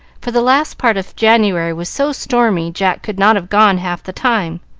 for the last part of january was so stormy jack could not have gone half the time.